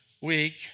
week